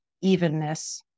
evenness